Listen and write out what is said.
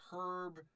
Herb